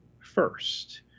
first